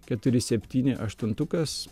keturi septyni aštuntukas